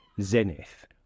zenith